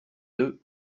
deux